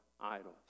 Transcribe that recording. idols